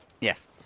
Yes